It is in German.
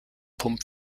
pump